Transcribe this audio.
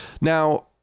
Now